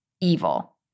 evil